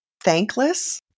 thankless